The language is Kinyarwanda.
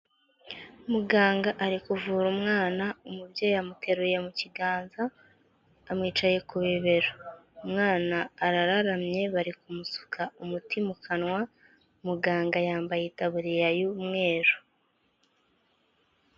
Muganga ari kuvura umwana, umubyeyi amuteruye mu kiganza, amwicaye ku bibero, umwana arararamye bari kumusuka umuti mu kanwa, muganga yambaye itaburiya y'umweru.